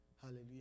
Hallelujah